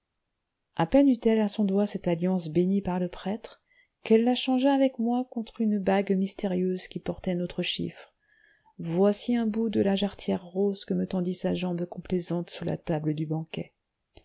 à peine eut-elle à son doigt cette alliance bénie par le prêtre qu'elle la changea avec moi contre une bague mystérieuse qui portait notre chiffre voici un bout de la jarretière rose que me tendit sa jambe complaisante sous la table du banquet